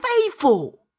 faithful